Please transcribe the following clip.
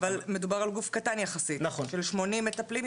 אבל מדובר על גוף קטן יחסית של 80 מטפלים,